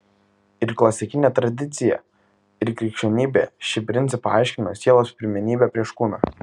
ir klasikinė tradicija ir krikščionybė šį principą aiškino sielos pirmenybe prieš kūną